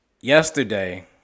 Yesterday